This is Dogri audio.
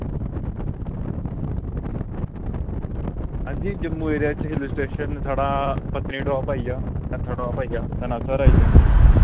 हांजी जम्मू एरिया च हिल स्टेशन साढ़ा पत्नीटाप आइया नत्थाटाप आइया सनासर आइया